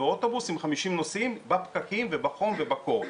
באוטובוס עם 50 נוסעים בפקקים ובחום ובקור.